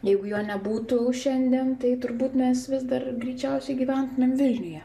jeigu jo nebūtų šiandien tai turbūt mes vis dar greičiausiai gyventumėm vilniuje